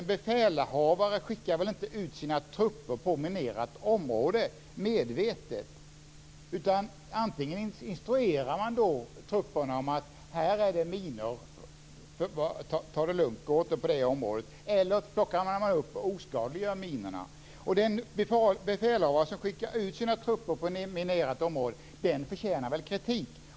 En befälhavare skickar väl inte ut sina trupper på minerat område medvetet? Antingen instruerar man trupperna om att det finns minor och uppmanar dem att ta det lugnt och inte gå där, eller så plockar man upp och oskadliggör minorna. Den befälhavare som skickar ut sina trupper på minerat område förtjänar väl kritik?